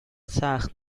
سخت